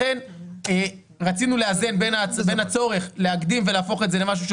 לכן רצינו לאזן בין הצורך להקדים ולהפוך את זה למשהו שהוא